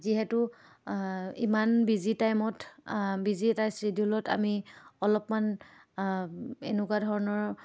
যিহেতু ইমান বিজি টাইমত বিজি এটা চিডিউলত আমি অলপমান এনেকুৱা ধৰণৰ